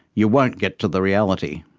you won't get to the reality.